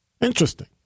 Interesting